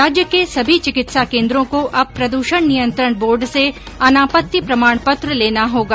राज्य के सभी चिकित्सा केन्द्रों को अब प्रदूषण नियंत्रण बोर्ड से अनापत्ति प्रमाण पत्र लेना होगा